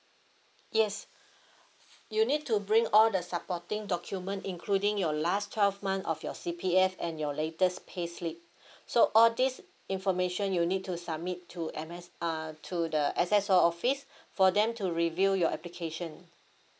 yes you need to bring all the supporting document including your last twelve month of your C_P_F and your latest payslip so all this information you need to submit to M S uh to the S_S_O office for them to review your application